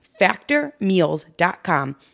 factormeals.com